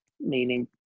meaning